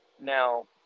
Now